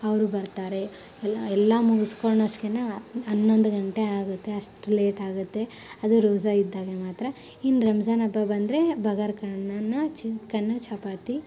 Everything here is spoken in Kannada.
ಅವರು ಬರ್ತಾರೆ ಎಲ್ಲ ಎಲ್ಲ ಮುಗ್ಸ್ಕೊಳ್ಳೊ ಅಷ್ಟ್ಗೆನ ಹನ್ನೊಂದು ಗಂಟೆ ಆಗುತ್ತೆ ಅಷ್ಟು ಲೇಟ್ ಆಗುಗತ್ತೆ ಅದು ರೋಝ ಇದ್ದಾಗ ಮಾತ್ರ ಇನ್ನೂ ರಂಜಾನ್ ಹಬ್ಬ ಬಂದರೆ ಬಗರ್ ಖಾನನ ಚೀಕನ್ ಚಪಾತಿ